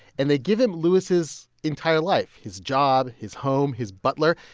and they give him louis' entire life his job, his home, his butler,